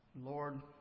Lord